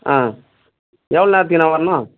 ஆ எவ்வளோ நேரத்துக்குணா வரணும்